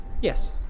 Yes